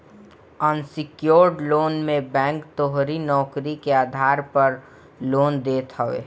unsecured loan मे bank तोहरी नोकरी के आधार पअ लोन देत हवे